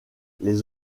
les